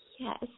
Yes